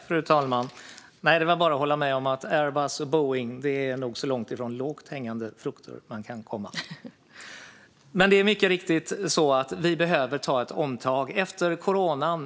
Fru talman! Jag kan bara hålla med om att Airbus och Boeing nog är så långt ifrån lågt hängande frukter man kan komma. Men vi behöver mycket riktigt ett omtag.